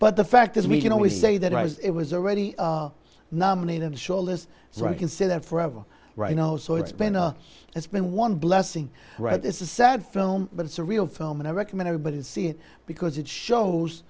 but the fact is we can always say that it was already nominated a short list so i can say that forever right now so it's been a it's been one blessing right it's a sad film but it's a real film and i recommend everybody see it because it shows